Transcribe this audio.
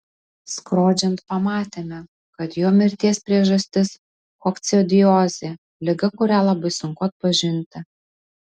skrodžiant pamatėme kad jo mirties priežastis kokcidiozė liga kurią labai sunku atpažinti